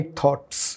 thoughts